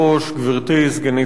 גברתי סגנית השר,